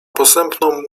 posępną